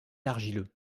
argileux